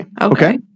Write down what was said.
Okay